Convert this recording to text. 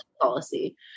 policy